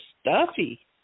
stuffy